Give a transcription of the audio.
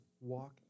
walk